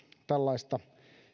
tällaista